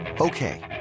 Okay